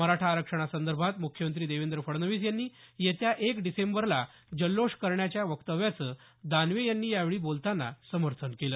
मराठा आरक्षणासंदर्भात मुख्यमंत्री देवेंद्र फडणवीस यांनी येत्या एक डिसेंबरला जल्लोष करण्याच्या वक्तव्याचं दानवे यांनी यावेळी बोलतंना समर्थन केलं